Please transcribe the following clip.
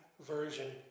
version